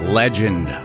legend